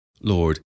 Lord